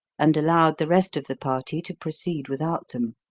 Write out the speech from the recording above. and allowed the rest of the party to proceed without them.